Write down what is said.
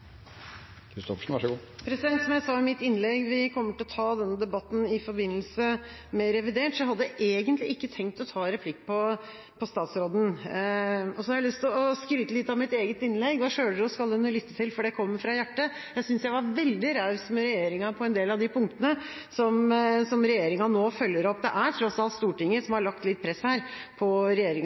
Som jeg sa i mitt innlegg, kommer vi til å ta denne debatten i forbindelse med revidert, så jeg hadde egentlig ikke tenkt å ta replikk på statsråden. Jeg har lyst til å skryte litt av mitt eget innlegg – selvros kan en jo lytte til, for det kommer fra hjertet. Jeg synes jeg var veldig raus med regjeringa på en del av de punktene som regjeringa nå følger opp. Det er tross alt Stortinget som her har lagt litt press på regjeringa